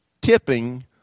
tipping